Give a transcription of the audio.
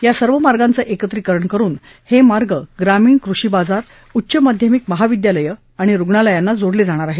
या सर्व मार्गांचं एकत्रीकरण करुन हे मार्ग ग्रामीण कृषी बाजार उच्च माध्यमिक महाविद्यालयं रुणालयांना यांना जोडले जाणार आहेत